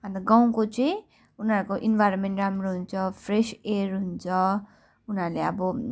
अन्त गाउँको चाहिँ उनीहरूको इन्भाइरोमेन्ट राम्रो हुन्छ फ्रेस एयर हुन्छ उनीहरूले अब